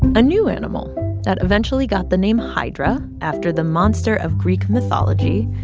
a new animal that eventually got the name hydra after the monster of greek mythology,